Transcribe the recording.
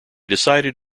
decided